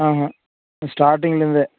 ஆமா ஸ்டார்டிங்கிலேருந்தே